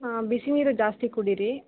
ಹಾಂ ಬಿಸಿ ನೀರು ಜಾಸ್ತಿ ಕುಡೀರಿ